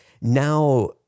now